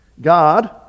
God